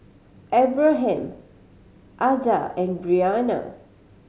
Abraham Ada and Brianna